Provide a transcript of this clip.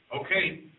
Okay